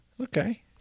Okay